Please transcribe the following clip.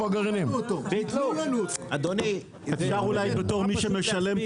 יש פה